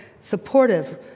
supportive